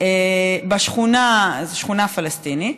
זו שכונה פלסטינית.